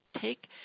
take